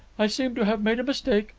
i seem to have made a mistake.